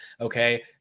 Okay